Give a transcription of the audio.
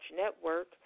network